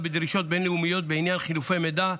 בדרישות בין-לאומיות בעניין חילופי מידע),